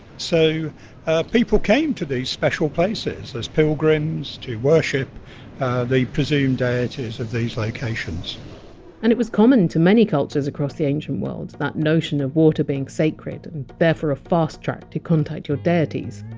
so people came to these special places as pilgrims, to worship the presumed deities of these locations and it was common to many cultures across the ancient world, that notion of water being sacred, and therefore a fast track to contact your deities.